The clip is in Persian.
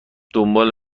دنبال